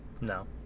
no